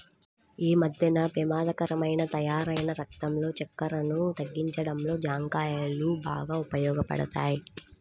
యీ మద్దెన పెమాదకరంగా తయ్యారైన రక్తంలో చక్కెరను తగ్గించడంలో జాంకాయలు బాగా ఉపయోగపడతయ్